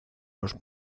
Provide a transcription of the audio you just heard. los